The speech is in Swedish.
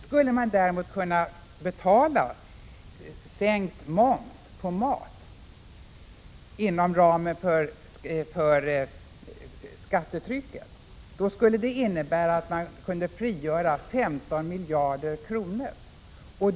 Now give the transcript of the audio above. Skulle man däremot kunna betala sänkt moms på mat inom ramen för skattetrycket, skulle det innebära att man kunde frigöra 15 miljarder kronor.